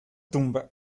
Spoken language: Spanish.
tumba